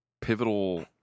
pivotal